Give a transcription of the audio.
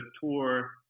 tour